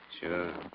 Sure